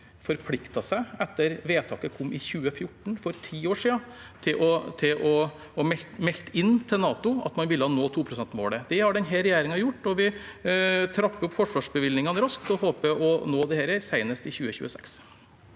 forpliktet seg – etter at vedtaket kom i 2014, for ti år siden – og meldte inn til NATO at man ville nå 2-prosentmålet. Det har denne regjeringen gjort. Vi trapper opp forsvarsbevilgningene raskt og håper å nå dette senest i 2026.